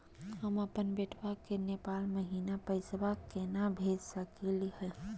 हम अपन बेटवा के नेपाल महिना पैसवा केना भेज सकली हे?